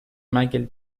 michael